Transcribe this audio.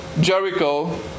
Jericho